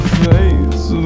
face